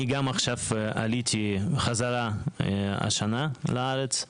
אני עליתי חזרה השנה לארץ,